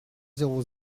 zéro